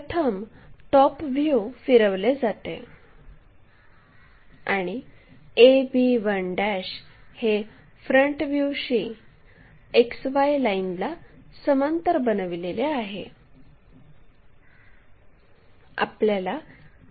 प्रथम top view फिरवले जाते आणि ab1 हे फ्रंट व्ह्यूशी XY लाईनला समांतर बनविलेले आहे